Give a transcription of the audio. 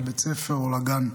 לבית הספר או לגן.